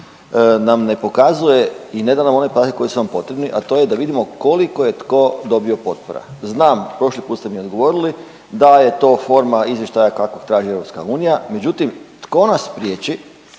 nam ne pokazuje i ne da nam one podatke koji su nam potrebni, a to je da vidimo koliko je tko dobio potpora. Znam, prošli put ste mi odgovorili da je to forma izvještaja kakav traži EU, međutim, tko nas priječi